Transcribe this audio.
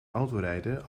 autorijden